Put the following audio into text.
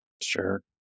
Sure